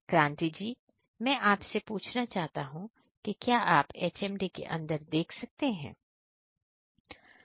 क्रांति जी मैं आपसे पूछना चाहता हूं कि क्या आप HMD के अंदर देख सकते हैं